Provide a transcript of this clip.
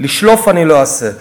לשלוף, אני לא אעשה.